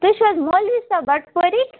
تُہۍ چھِو حظ مولی صٲب بَٹہٕ پورِک